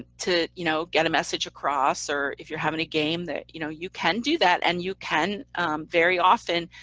to you know get a message across, or if you're having a game that you know you can do that, and you can very often